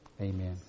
Amen